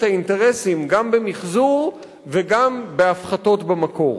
האינטרסים גם במיחזור וגם בהפחתות במקור.